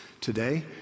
Today